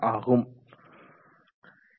ஆகும்